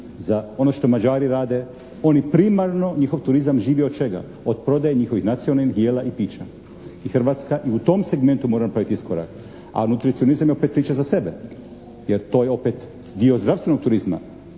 za ono što Mađari rade. Oni primarno, njihov turizam živi od čega, od prodaje njihovih nacionalnih jela i pića. I Hrvatska i u tom segmentu mora napraviti iskorak, a nutricionizam je opet priča za sebe jer to je opet dio zdravstvenog turizma.